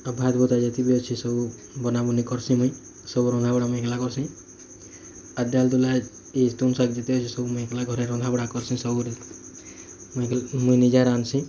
ଆଉ ଭାତ ଭୁତା ଯେତିକି ବି ଅଛି ସବୁ ବନା ବୁନି କର୍ସି ମୁଇଁ ସବୁ ରନ୍ଧା ବଢ଼ା ମୁଇଁ ଏକଲା କର୍ସି ଆଉ ଡାଲ ଡୁଲା ଇ ତୁନ ଶାଗ ଯେତେ ଅଛି ମୁଇଁ ଏକଲା ଘରେ ରନ୍ଧା ବଢ଼ା କର୍ସି ସବୁରି ମୁଇଁ ମୁଇଁ ନିଜେ ରାନ୍ଧସି